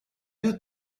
you